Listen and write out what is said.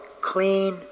clean